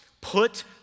put